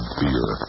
beer